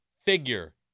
figure